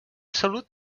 salut